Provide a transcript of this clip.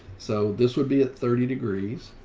so this would be at thirty degrees